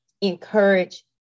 encourage